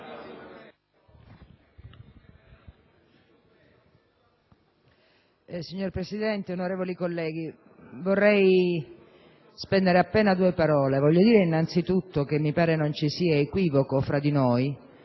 Signor Presidente, onorevoli colleghi, vorrei spendere appena due parole. Voglio dire innanzitutto che mi pare non ci sia equivoco tra di noi.